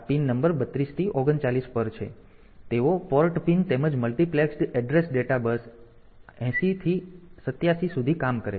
તેથી તેઓ port pin તેમજ મલ્ટિપ્લેક્સ્ડ એડ્રેસ ડેટા બસ 80 થી 87 સુધી કામ કરે છે